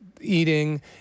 eating